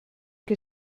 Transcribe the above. que